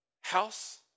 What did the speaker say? house